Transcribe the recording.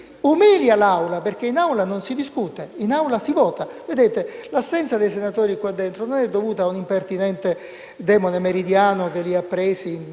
umilia l'Aula, perché in Aula non si discute: in Aula si vota. Vedete, l'assenza dei senatori qua dentro non è dovuta a un impertinente demone meridiano che li ha presi